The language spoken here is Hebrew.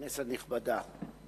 כנסת נכבדה,